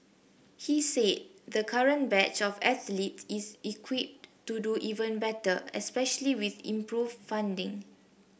he said the current batch of athletes is equipped to do even better especially with improved funding